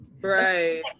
Right